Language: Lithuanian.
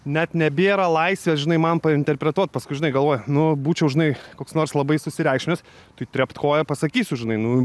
net nebėra laisvės žinai man painterpretuot paskui žinai galvoju nu būčiau žinai koks nors labai susireikšminęs tai trept koja pasakysiu žinai nu